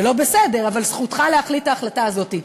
זה לא בסדר, אבל זכותך להחליט את ההחלטה הזאת.